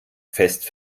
fest